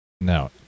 no